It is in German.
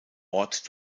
ort